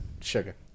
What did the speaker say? sugar